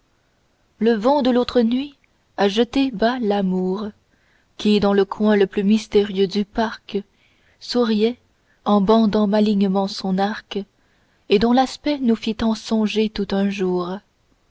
le vent de l'autre nuit a jeté bas l'amour qui dans le coin le plus mystérieux du parc souriait en bandant malignement son arc et dont l'aspect nous fit tant songer tout un jour